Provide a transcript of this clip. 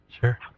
Sure